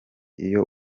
iyo